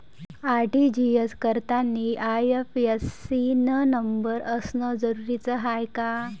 RTGS करतांनी IFSC न number असनं जरुरीच हाय का?